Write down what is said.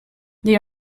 they